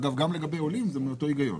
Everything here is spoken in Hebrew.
אגב, גם לגבי עולים זה מאותו היגיון.